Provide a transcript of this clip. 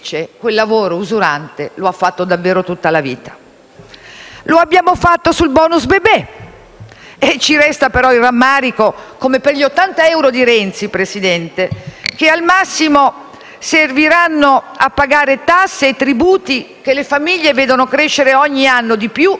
Lo abbiamo fatto sul *bonus* bebè e ci resta però il rammarico, come per gli 80 euro di Renzi, che al massimo serviranno a pagare tasse e tributi, che le famiglie vedono crescere ogni anno di più da quando ci siete voi. Basta un dato: